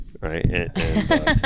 right